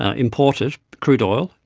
ah import it, crude oil,